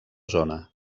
zona